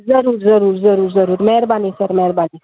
ज़रूरु ज़रूरु ज़रूरु ज़रूरु महिरबानी सर महिरबानी